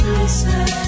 listen